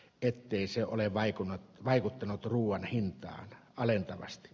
ettei se ole vain kun vaikuttanut ruuan hintaan alentavasti